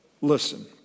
listen